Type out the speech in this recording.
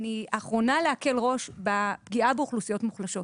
אני אחרונה להקל ראש בפגיעה באוכלוסיות מוחלשות.